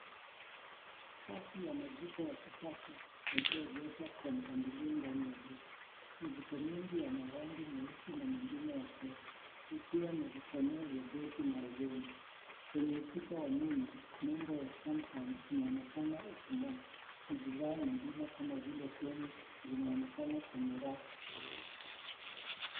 Safu ya majiko ya kisasa yalioengeshwa kwa mpangilio ndani ya duka, majiko mengi yana rangi nyeusi na nyingine ya fedha yakiwa na vichomeo vya gesi na oveni. Kwenye ukuta wa nyuma nembo ya Samsung inaonekana iking'aa na bidhaa nyingine kama vile feni zimeonekana kwenye rafu.